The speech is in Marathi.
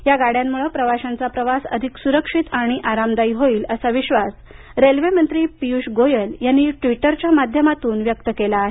या गाड्यांमुळं प्रवाशांचा प्रवास अधिक सुरक्षित आणि आरामदायी होईल असा विश्वास रेल्वेमंत्री पियुष गोयल यांनी ट्वीटरच्या माध्यमातून व्यक्त केला आहे